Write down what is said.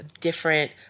different